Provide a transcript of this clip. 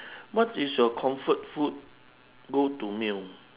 what is your comfort food go to meal